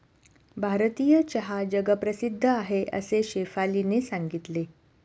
भारतीय चहा जगप्रसिद्ध आहे असे शेफालीने सांगितले